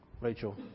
Rachel